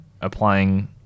applying